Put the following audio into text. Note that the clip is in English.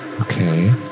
Okay